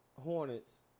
Hornets